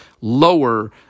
lower